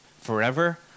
forever